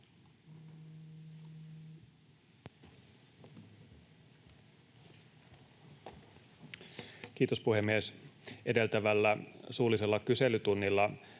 Kiitos, puhemies! Edeltävällä suullisella kyselytunnilla